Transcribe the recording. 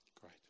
Great